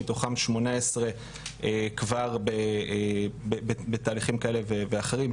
מתוכן שמונה עשרה כבר בתהליכים כאלה ואחרים,